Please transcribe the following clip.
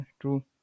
true